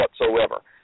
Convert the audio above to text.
whatsoever